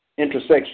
intersection